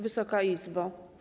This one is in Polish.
Wysoka Izbo!